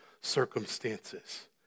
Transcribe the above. circumstances